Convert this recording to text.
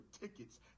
tickets